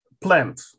plant